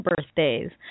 birthdays